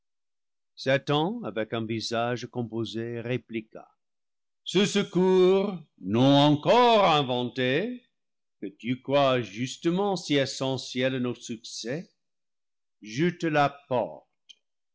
satan avec un visage composé répliqua ce secours non encore inventé que tu crois justement si essentiel à nos succès je te